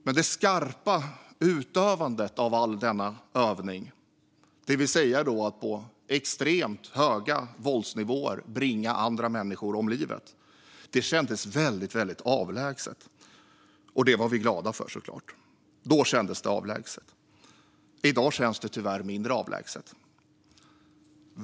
Men det skarpa utövandet efter all denna övning, det vill säga att med extremt höga våldsnivåer bringa andra människor om livet, kändes väldigt avlägset. Det var vi såklart glada för. Då kändes det avlägset, men i dag känns det tyvärr mindre avlägset.